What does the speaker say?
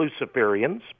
Luciferians